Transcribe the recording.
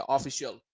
Official